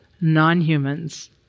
non-humans